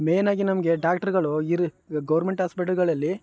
ಮೇನಾಗಿ ನಮಗೆ ಡಾಕ್ಟ್ರಗಳು ಇರು ಈವಾಗ ಗೌರ್ಮೆಂಟ್ ಆಸ್ಪೆಟ್ಲುಗಳಲ್ಲಿ